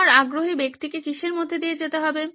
তোমার আগ্রহী ব্যক্তিকে কিসের মধ্য দিয়ে যেতে হবে